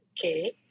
Okay